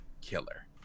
killer